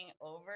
over